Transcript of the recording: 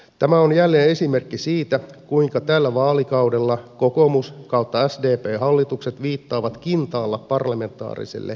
tämä on jälleen esimerkki siitä kuinka tällä vaalikaudella kokoomus tai sdp hallitukset viittaavat kintaalla parlamentaariselle päätöksenteolle